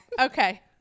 okay